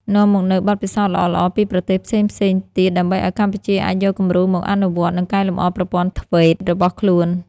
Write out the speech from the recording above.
នាំមកនូវបទពិសោធន៍ល្អៗពីប្រទេសផ្សេងៗទៀត ដើម្បីឲ្យកម្ពុជាអាចយកគំរូមកអនុវត្ត និងកែលម្អប្រព័ន្ធ ធ្វេត TVET របស់ខ្លួន។